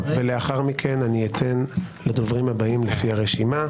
לאחר מכן אני אתן לדוברים הבאים לפי הרשימה.